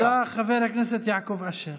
תודה, חבר הכנסת יעקב אשר.